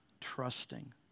trusting